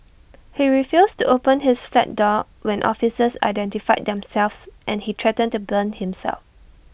he refused to open his flat door when officers identified themselves and he threatened to burn himself